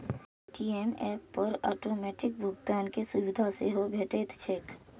Paytm app पर automatic भुगतान के सुविधा सेहो भेटैत छैक